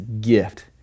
gift